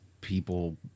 people